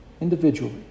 individually